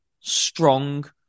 strong